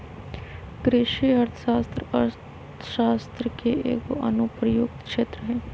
कृषि अर्थशास्त्र अर्थशास्त्र के एगो अनुप्रयुक्त क्षेत्र हइ